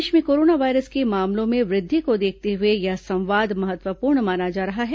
देश में corona virus के मामलों में वृद्धि को देखते हुए यह संवाद महत्वपूर्ण माना जा रहा है